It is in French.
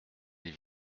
elle